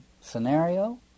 scenario